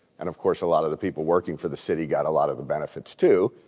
and of course, a lot of the people working for the city got a lot of of benefits, too,